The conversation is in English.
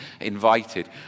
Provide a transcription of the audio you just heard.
Invited